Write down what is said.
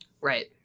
Right